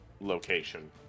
location